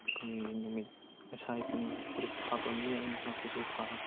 ꯑꯩꯈꯣꯏꯒꯤ ꯅꯨꯃꯤꯠ ꯉꯁꯥꯏ ꯄꯨꯡ ꯇꯔꯨꯛꯇ ꯍꯥꯞꯄꯕꯅꯦ ꯑꯩꯅ ꯍꯥꯞꯄꯁꯦ ꯊꯥ